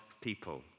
people